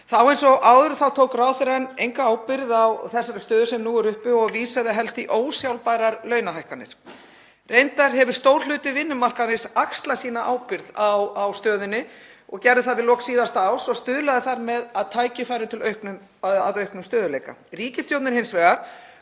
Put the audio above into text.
Þá eins og áður tók ráðherrann enga ábyrgð á þeirri stöðu sem nú er uppi og vísaði helst í ósjálfbærar launahækkanir. Reyndar hefur stór hluti vinnumarkaðarins axlað sína ábyrgð á stöðunni, gerði það við lok síðasta árs og stuðlaði þar með að auknum stöðugleika. Ríkisstjórnin hins vegar